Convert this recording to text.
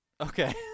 Okay